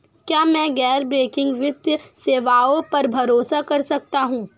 क्या मैं गैर बैंकिंग वित्तीय सेवाओं पर भरोसा कर सकता हूं?